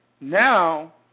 now